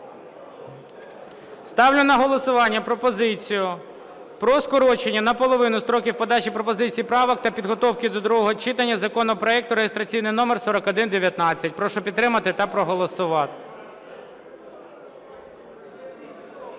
Ставлю на голосування пропозицію про скорочення наполовину строків подачі пропозицій правок та підготовки до другого читання законопроекту реєстраційний номер 4119. Прошу підтримати та проголосувати.